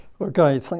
Okay